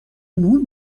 نون